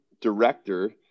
director